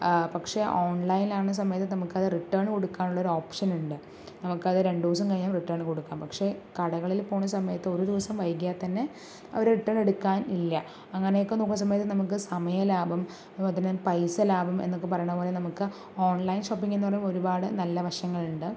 പക്ഷെ ഓൺലൈനിൽ ആകുന്ന സമയത്ത് നമുക്ക് അത് റിട്ടേൺ കൊടുക്കാനുള്ളൊരു ഓപ്ഷനുണ്ട് നമുക്കത് രണ്ടൂസം കഴിഞ്ഞ റിട്ടേൺ കൊടുക്കാം പക്ഷെ കടകളിൽ പോണ സമയത്ത് ഒരൂസം വൈകിയാൽത്തന്നെ അവർ റിട്ടേൺ എടുക്കാൻ ഇല്ല അങ്ങനെയൊക്കെ നോക്കുന്ന സമയത്ത് നമുക്ക് സമയ ലാഭം അതുപോലെത്തന്നെ പൈസ ലാഭം എന്നൊക്കെ പറയണ പോലെ നമുക്ക് ഓൺലൈൻ ഷോപ്പിംഗിനു പറയുമ്പോൾ ഒരുപാട് നല്ല വശങ്ങളുണ്ട്